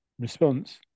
response